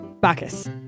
bacchus